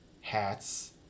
hats